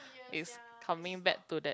is coming back to that